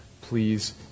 please